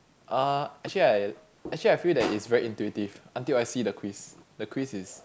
uh actually I actually I feel that is very intuitive until I see the quiz the quiz is